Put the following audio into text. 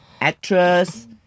Actress